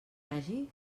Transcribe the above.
hagi